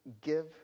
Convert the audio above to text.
give